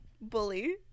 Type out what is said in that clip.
bully